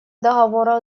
договора